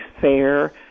fair